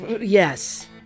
Yes